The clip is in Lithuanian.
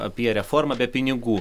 apie reformą be pinigų